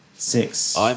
Six